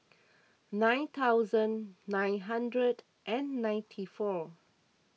nine thousand nine hundred and ninety four